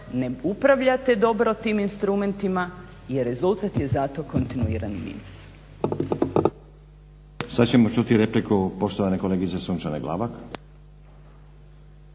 ne upravljate dobro tim instrumentima i rezultat je zato kontinuirani minus. **Stazić, Nenad (SDP)** Sad ćemo čuti repliku poštovane kolegice Sunčane Glavak.